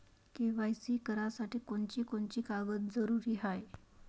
KYC करासाठी कोनची कोनची कागद जरुरी हाय?